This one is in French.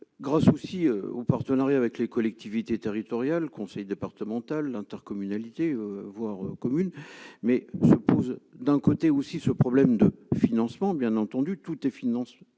grand souci au partenariat avec les collectivités territoriales, conseil départemental, l'intercommunalité, voire comme mais se pose : d'un côté aussi ce problème de financement bien entendu tout et tout, et